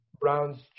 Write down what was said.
Browns